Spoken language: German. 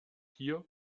hier